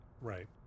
right